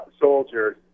soldiers